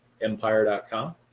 empire.com